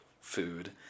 food